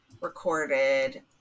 recorded